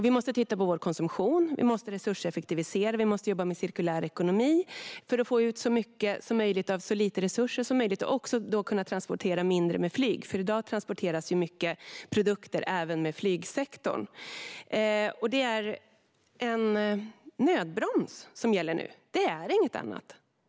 Vi måste titta på vår konsumtion, vi måste resurseffektivisera och vi måste jobba med cirkulär ekonomi för att få ut så mycket som möjligt av så lite resurser som möjligt - och transportera mindre med flyg. I dag transporteras många produkter även inom flygsektorn. Det är en nödbroms som gäller nu - inget annat.